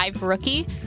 Rookie